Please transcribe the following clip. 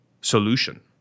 solution